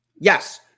Yes